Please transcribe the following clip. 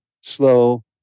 slow